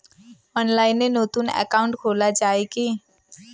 অনলাইনে নতুন একাউন্ট খোলা য়ায় কি?